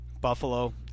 Buffalo